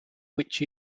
which